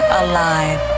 alive